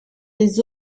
les